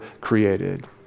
created